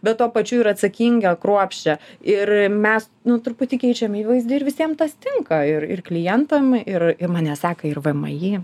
bet tuo pačiu ir atsakingą kruopščią ir mes po truputį keičiam įvaizdį ir visiem tas tinka ir ir klientam ir mane seka ir vmi